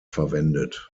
verwendet